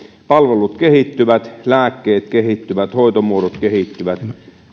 palvelut kehittyvät lääkkeet kehittyvät hoitomuodot kehittyvät